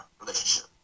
relationship